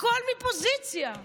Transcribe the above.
הכול מפוזיציה.